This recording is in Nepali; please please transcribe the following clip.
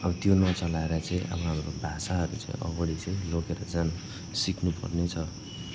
अब त्यो नचलाएर चाहिँ अब हाम्रो भाषाहरू चाहिँ अगाडि चाहिँ लगेर जानु सिक्नुपर्नेछ